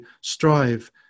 strive